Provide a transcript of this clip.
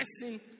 blessing